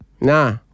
Nah